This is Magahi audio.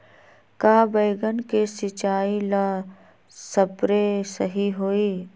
का बैगन के सिचाई ला सप्रे सही होई?